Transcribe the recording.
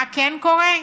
מה כן קורה?